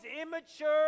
immature